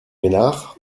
ménard